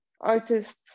artists